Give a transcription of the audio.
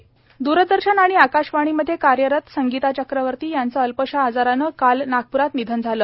चक्रवर्ती निधन दूरदर्शन आणि आकाशवाणीमध्ये कार्यरत संगीता चक्रवर्ती यांचे अल्पशा आजाराने काल नागप्रात निधन झाले